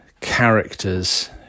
characters